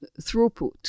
throughput